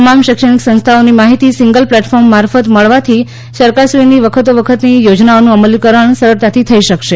તમામ શૈક્ષણીક સંસ્થાઓની માહીતી સિંગલ પ્લેટફોર્મ મારફત મળવાથી સરકારશ્રીની વખતોવખતની યોજનાઓનું અમલીકરણ સરળતાથી થઈ શકાશે